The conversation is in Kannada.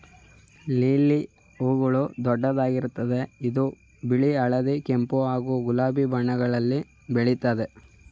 ಲಿಲಿ ಹೂಗಳು ದೊಡ್ಡದಾಗಿರ್ತದೆ ಇದು ಬಿಳಿ ಹಳದಿ ಕೆಂಪು ಹಾಗೂ ಗುಲಾಬಿ ಬಣ್ಣಗಳಲ್ಲಿ ಬೆಳಿತಾವೆ